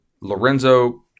Lorenzo